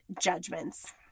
judgments